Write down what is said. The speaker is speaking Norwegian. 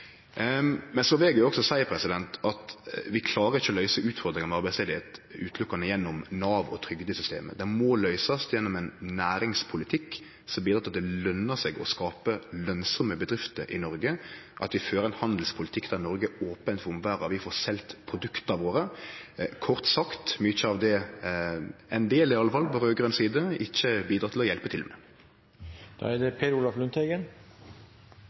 Men eg vil også seie at vi klarer ikkje å løyse utfordringane med arbeidsløyse einast gjennom Nav og trygdesystemet. Dei må løysast gjennom ein næringspolitikk som bidrar til at det løner seg å skape lønsame bedrifter i Noreg, at vi fører ein handelspolitikk der Noreg er open for den omverda, og at vi får selt produkta våre – kort sagt iallfall ein del av det som ein på raud-grøn side ikkje bidrar til å hjelpe til